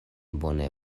bone